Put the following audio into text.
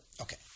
Okay